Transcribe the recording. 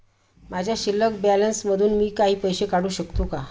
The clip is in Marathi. माझ्या शिल्लक बॅलन्स मधून मी काही पैसे काढू शकतो का?